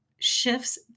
shifts